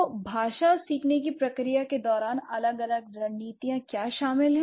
तो भाषा सीखने की प्रक्रिया के दौरान अलग अलग रणनीतियाँ क्या शामिल हैं